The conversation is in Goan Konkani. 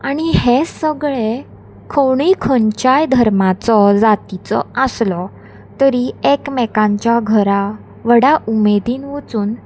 आनी हें सगळें कोणूय खंयच्याय धर्माचो जातीचो आसलो तरी एकमेकांच्या घरा व्हड्या उमेदीन वचून